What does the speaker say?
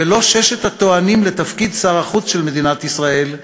ולא ששת הטוענים לתפקיד שר החוץ של מדינת ישראל,